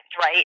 right